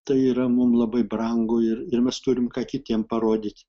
tai yra mum labai brangu ir ir mes turim ką kitiem parodyt